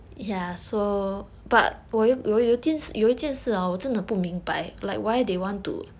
ya so but 我有我有一件有一件事 hor 我真的不明白 like why they want to